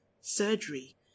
surgery